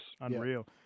Unreal